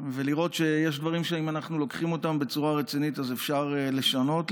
ולהראות שיש דברים שאם יש דברים שאנחנו לוקחים ברצינות אז אפשר לשנות,